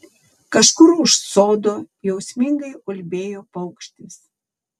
kažkur už sodo jausmingai ulbėjo paukštis